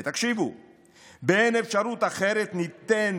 באין אפשרות אחרת ניתן